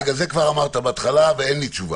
זה כבר אמרת בהתחלה, ואין לי תשובה.